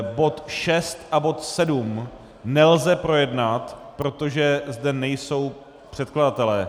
Bod 6 a bod 7 nelze projednat, protože zde nejsou předkladatelé.